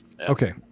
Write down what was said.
okay